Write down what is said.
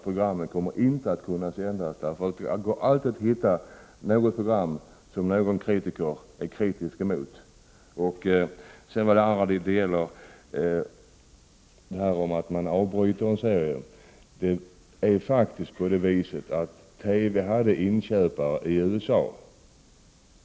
Programmen kommer inte att kunna sändas, därför att det alltid går att hitta någon kritiker som är kritisk mot ett program. Sedan till problemet med att avbryta en serie. TV hade faktiskt inköpare i USA.